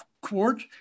court